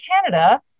Canada